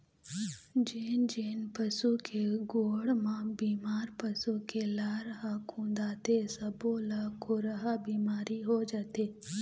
जेन जेन पशु के गोड़ म बेमार पसू के लार ह खुंदाथे सब्बो ल खुरहा बिमारी हो जाथे